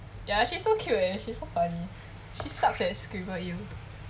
ya she's so cute eh she's so funny she sucks at screaming